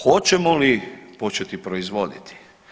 Hoćemo li početi proizvodi?